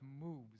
moves